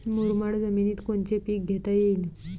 मुरमाड जमिनीत कोनचे पीकं घेता येईन?